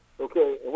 okay